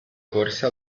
corse